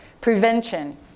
prevention